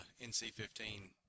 NC-15